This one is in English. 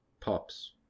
Pops